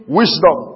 wisdom